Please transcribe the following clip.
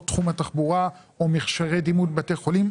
תחום התחבורה או מכשירי דימות בבתי חולים.